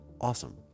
awesome